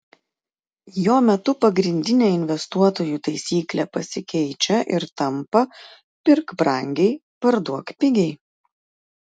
jo metu pagrindinė investuotojų taisyklė pasikeičia ir tampa pirk brangiai parduok pigiai